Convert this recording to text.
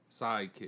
sidekick